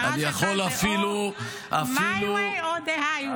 אני יכול אפילו --- ועדיין, חסרים הרבה שופטים.